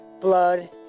blood